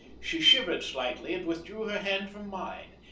she shivered slightly, and withdrew her hand from mine,